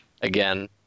again